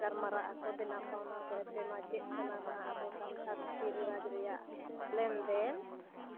ᱜᱟᱞᱢᱟᱨᱟᱜ ᱟᱠᱚ ᱫᱮᱱᱟᱼᱯᱟᱣᱱᱟ ᱠᱚ ᱮᱯᱮᱢᱟ ᱪᱮᱫ ᱠᱟᱱᱟ ᱱᱟᱦᱟᱸᱜ ᱟᱵᱚ ᱥᱟᱱᱛᱟᱲ ᱨᱤᱛᱤ ᱨᱮᱣᱟᱡᱽ ᱨᱮᱭᱟᱜ ᱞᱮᱱᱫᱮᱱ